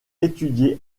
étudié